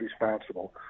responsible